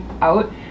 out